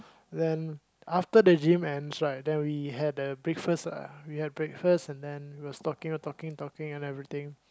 then after the gym ends right then we had the breakfast lah we have breakfast then we was talking talking and everything